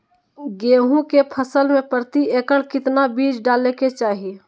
गेहूं के फसल में प्रति एकड़ कितना बीज डाले के चाहि?